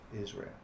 Israel